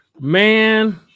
Man